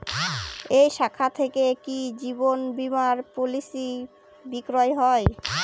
এই শাখা থেকে কি জীবন বীমার পলিসি বিক্রয় হয়?